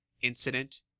incident